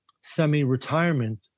semi-retirement